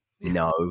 No